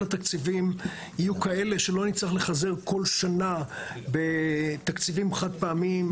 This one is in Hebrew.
התקציבים יהיו כאלה שלא נצטרך לחזר כל שנה בתקציבים חג פעמיים,